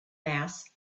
mass